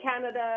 Canada